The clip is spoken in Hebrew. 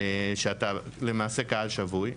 שאתה למעשה קהל שבוי.